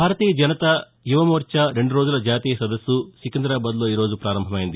భారతీయ జనతా యువ మోర్చా రెండు రోజుల జాతీయ సదస్సు సికిందాబాద్లో ఈరోజు ప్రారంభమైంది